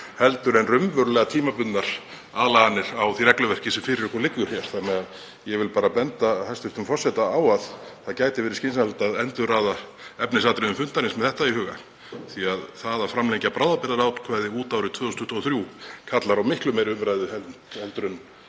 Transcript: umræðu en raunverulega tímabundnar aðlaganir á því regluverki sem fyrir okkur liggur hér. Ég vil því benda hæstv. forseta á að það gæti verið skynsamlegt að endurraða efnisatriðum fundarins með þetta í huga, því að það að framlengja bráðabirgðaákvæði út árið 2023 kallar á miklu meiri umræðu en